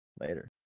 later